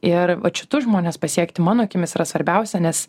ir vat šitus žmones pasiekti mano akimis yra svarbiausia nes